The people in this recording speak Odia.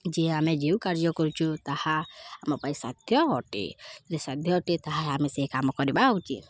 ଯିଏ ଆମେ ଯେଉଁ କାର୍ଯ୍ୟ କରୁଛୁ ତାହା ଆମ ପାଇଁ ସାଧ୍ୟ ଅଟେ ଯଦି ସାଧ୍ୟ ଅଟେ ତାହା ଆମେ ସେ କାମ କରିବା ଉଚତ